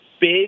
big